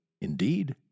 Indeed